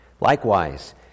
Likewise